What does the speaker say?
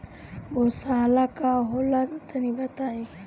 गौवशाला का होला तनी बताई?